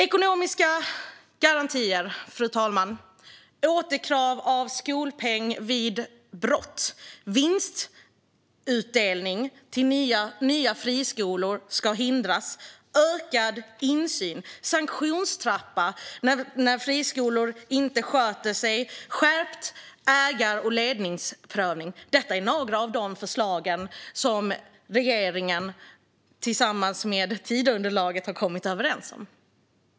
Ekonomiska garantier, återkrav av skolpeng vid brott, förhindrad vinstutdelning till nya friskolor, ökad insyn, sanktionstrappa när friskolor inte sköter sig och skärpt ägar och ledningsprövning är några av de förslag regeringen tillsammans med Tidöunderlaget har kommit överens om.